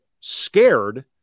scared